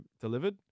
delivered